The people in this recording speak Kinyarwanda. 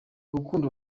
urukundo